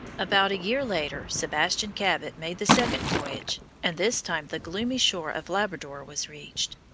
about a year later sebastian cabot made the second voyage, and this time the gloomy shore of labrador was reached.